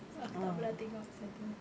aku tak pernah tengok sia tu